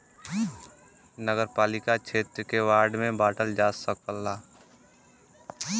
नगरपालिका क्षेत्र के वार्ड में बांटल जा सकला